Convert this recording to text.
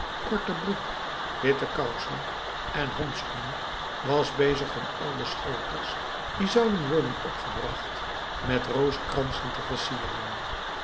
korte broek witte kousen en handschoenen was bezig om al de schotels die zouden worden opgebracht met rozenkransen te versieren